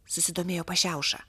susidomėjo pašiauša